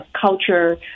culture